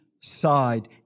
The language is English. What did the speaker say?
side